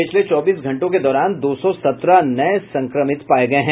पिछले चौबीस घंटों के दौरान दो सौ सत्रह नये संक्रमित पाये गये हैं